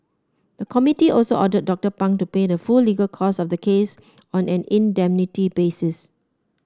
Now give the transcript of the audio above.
the committee also ordered Doctor Pang to pay the full legal costs of the case on an indemnity basis